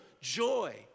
joy